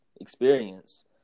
experience